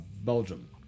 Belgium